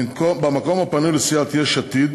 במקום הפנוי לסיעת יש עתיד